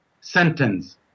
sentence